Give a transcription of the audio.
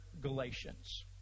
Galatians